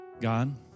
God